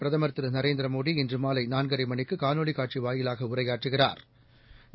பிரதமர் திருநரேந்திரமோடி இன்றுமாலைநாலரைமணிக்குகாணொலிகாட்சிவாயிலாகஉரையாற்றுகிறாா்